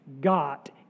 got